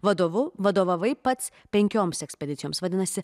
vadovu vadovavai pats penkioms ekspedicijoms vadinasi